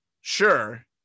sure